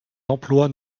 emplois